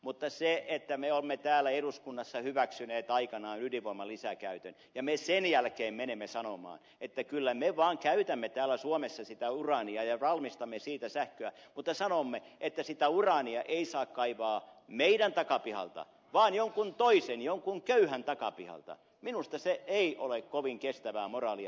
mutta minusta se ei ole kovin kestävää moraalia että me olemme täällä eduskunnassa hyväksyneet aikanaan ydinvoiman lisäkäytön ja me sen jälkeen menemme sanomaan että kyllä me vaan käytämme täällä suomessa sitä uraania ja valmistamme siitä sähköä mutta sitä uraania ei saa kaivaa meidän takapihalta vaan jonkun toisen jonkun köyhän takapihalta minusta se ei ole kovin kestävää moraalia